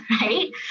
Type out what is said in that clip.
right